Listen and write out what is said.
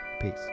peace